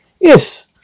yes